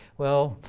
well,